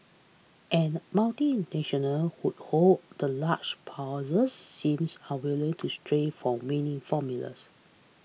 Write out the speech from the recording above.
and multinational hold the large purses seems unwilling to stray for winning formulas